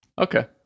Okay